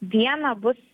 dieną bus